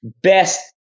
best